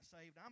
saved